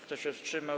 Kto się wstrzymał?